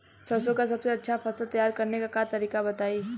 सरसों का सबसे अच्छा फसल तैयार करने का तरीका बताई